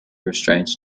restraints